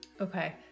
Okay